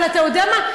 אבל אתה יודע מה?